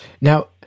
Now